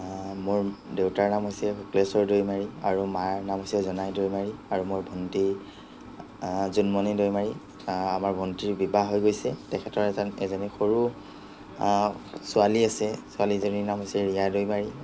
মোৰ দেউতাৰ নাম হৈছে শুক্লেশ্বৰ দৈমাৰী আৰু মাৰ নাম হৈছে জোনাই দৈমাৰী আৰু মোৰ ভন্টী জুনমনি দৈমাৰী আমাৰ ভন্টীৰ বিবাহ হৈ গৈছে তেখেতৰ এজন এজনী সৰু ছোৱালী আছে ছোৱালীজনীৰ নাম হৈছে ৰিয়া দৈমাৰী